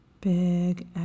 big